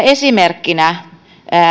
esimerkkinä